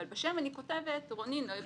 אבל בשם אני כותבת רוני נויבר,